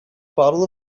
bottle